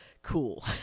Cool